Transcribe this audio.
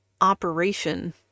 operation